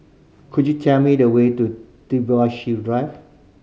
could you tell me the way to Drive